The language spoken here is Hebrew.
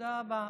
תודה רבה.